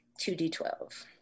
2d12